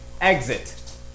Exit